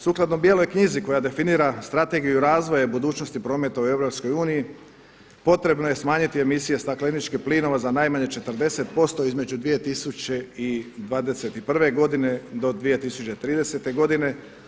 Sukladno bijeloj knjizi koja definira strategiju razvoja i budućnosti prometa u EU potrebno je smanjiti emisije stakleničkih plinova za najmanje 40% između 2021. do 2030. godine.